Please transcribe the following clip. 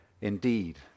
Indeed